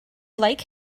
like